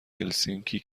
هلسینکی